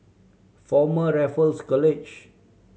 Former Raffles College